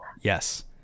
Yes